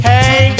Hey